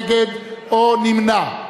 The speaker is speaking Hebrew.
נגד או נמנע?